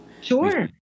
Sure